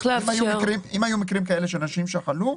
אם היו מקרים כאלה של אנשים שחלו,